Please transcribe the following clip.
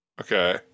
Okay